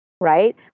right